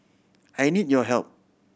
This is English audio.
I need your help